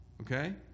okay